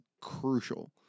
crucial